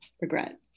regret